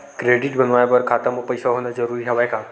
Credit बनवाय बर खाता म पईसा होना जरूरी हवय का?